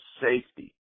safety